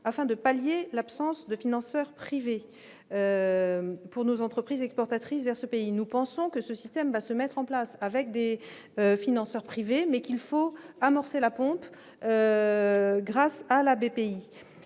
afin de pallier l'absence de financeur privé pour nos entreprises exportatrices vers ce pays, nous pensons que ce système va se mettre en place avec des financeurs privés mais qu'il faut amorcer la pompe grâce à la BPI